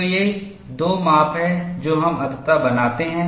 तो ये दो माप हैं जो हम अंततः बनाते हैं